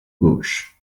gauche